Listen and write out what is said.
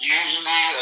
usually